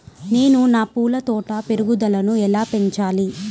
నేను నా పూల తోట పెరుగుదలను ఎలా పెంచాలి?